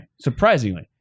Surprisingly